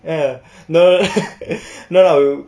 eh no no no I'm